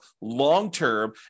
long-term